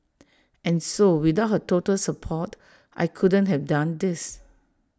and so without her total support I couldn't have done this